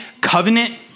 covenant